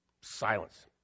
Silence